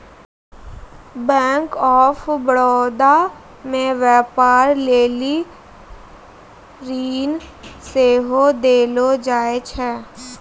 bank of Baroda मे व्यपार लेली ऋण सेहो देलो जाय छै